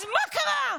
אז מה קרה,